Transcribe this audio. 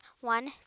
One